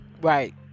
Right